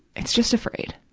it's just afraid.